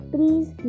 Please